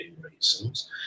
reasons